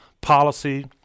policy